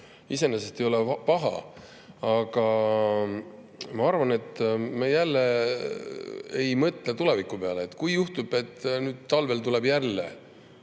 iseenesest ei ole paha, aga ma arvan, et me jälle ei mõtle tuleviku peale. Kui juhtub, et nüüd talvel tuleb jälle